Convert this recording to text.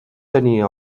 tenir